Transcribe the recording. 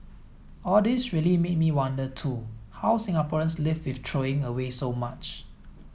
all this really made me wonder too how Singaporeans live with throwing away so much